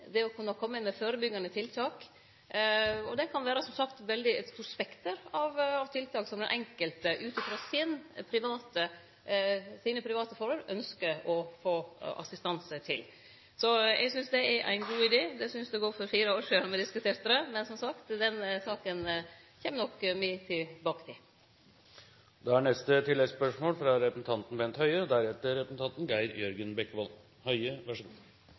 det å kunne kome inn med førebyggjande tiltak. Det kan, som sagt, vere eit spekter av tiltak som den enkelte ut frå sine private forhold ynskjer å få assistanse til. Eg synest det er ein god idé. Det syntest eg òg då me diskuterte dette for fire år sidan. Men som sagt, den saka kjem me nok tilbake til.